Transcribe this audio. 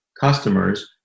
customers